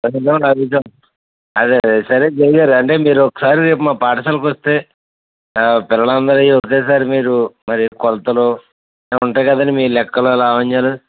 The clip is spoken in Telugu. అదే అదే సరే విజయ్ గారు అంటే మీరు ఒకసారి రేపు మా పాఠశాలకు వస్తే ఆ పిల్లలందరివి ఒకసారి మీరు మరి కొలతలు అవుంటాయి కదండి మీ లెక్కలు లావణ్యాలు